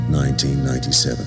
1997